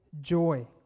joy